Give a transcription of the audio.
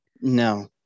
no